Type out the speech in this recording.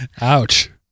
Ouch